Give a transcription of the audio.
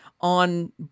on